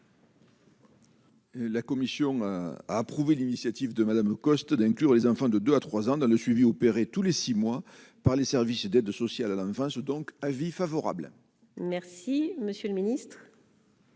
La commission a approuvé l'initiative de Madame Coste d'inclure les enfants de 2 à 3 ans dans le suivi opérer tous les 6 mois par les services d'aide sociale à l'enfance, donc avis favorable. Merci, Monsieur le Ministre.